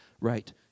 right